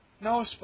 No